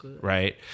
right